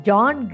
John